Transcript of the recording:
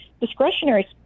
discretionary